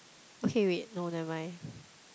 okay wait no never mind